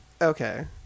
Okay